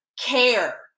care